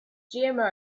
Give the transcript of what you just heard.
gmo